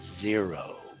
zero